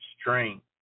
strength